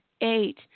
eight